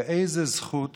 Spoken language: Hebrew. באיזו זכות